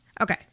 Okay